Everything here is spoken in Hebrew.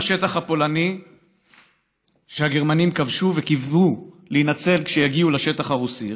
השטח הפולני שהגרמנים כבשו וקיוו להינצל כשיגיעו לשטח הרוסי.